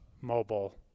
mobile